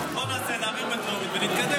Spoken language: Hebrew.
בואו ננסה להעביר את זה בטרומית ונתקדם.